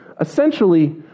essentially